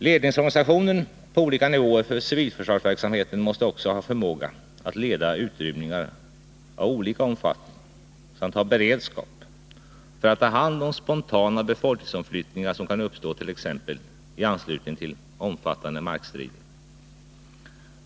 Ledningsorganisationen på olika nivåer för civilförsvarsverksamheten måste också ha förmåga att leda utrymningar av olika omfattning samt ha beredskap för att ta hand om spontana befolkningsomflyttningar som kan uppstå t.ex. i anslutning till omfattande markstrider.